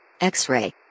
X-Ray